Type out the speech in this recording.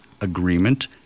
agreement